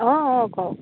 অঁ অঁ কওক